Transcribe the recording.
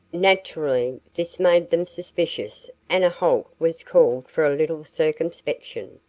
naturally this made them suspicious and a halt was called for a little circumspection.